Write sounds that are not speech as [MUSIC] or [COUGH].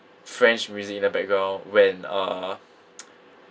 french music in the background when uh [NOISE]